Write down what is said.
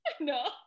No